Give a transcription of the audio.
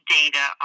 data